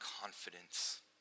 confidence